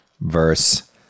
verse